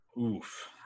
Oof